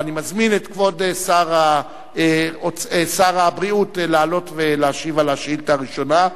ואני מזמין את כבוד שר הבריאות לעלות ולהשיב על השאילתא הראשונה,